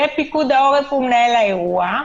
ופיקוד העורף הוא מנהל האירוע,